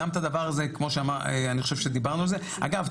אגב,